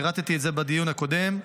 פירטתי את זה בדיון הקודם,